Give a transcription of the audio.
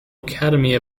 academy